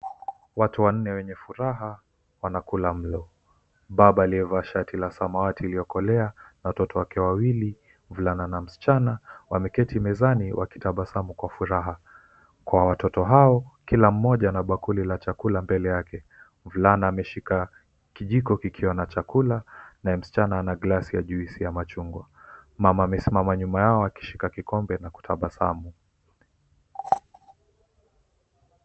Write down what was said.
Watu wanne wenye furaha wanakula mlo. Baba aliyevaa shati la samawati iliokolea na watoto wakiwa wawili mvulana na msichana wameketi mezani wakitabasamu kwa furaha. Kwa watoto hao kila mmoja ana bakuli la chakula mbele yake. Mvulana ameshika kijiko kikiwa na chakua naye msichana ana glasi ya juisi ya machungwa. Mama amesimama nyuma yao akishika kikombe na kutabasamu.